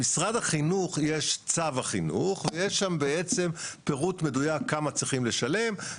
במשרד החינוך יש צו החינוך ויש שם בעצם פירוט מדויק כמה צריכים לשלם.